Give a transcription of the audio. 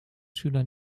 schüler